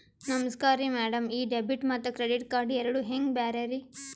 ನಮಸ್ಕಾರ್ರಿ ಮ್ಯಾಡಂ ಈ ಡೆಬಿಟ ಮತ್ತ ಕ್ರೆಡಿಟ್ ಕಾರ್ಡ್ ಎರಡೂ ಹೆಂಗ ಬ್ಯಾರೆ ರಿ?